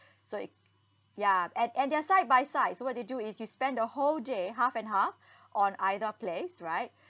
so i~ ya and and they're side by side so what do you do is you spend the whole day half and half on either place right